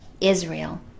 Israel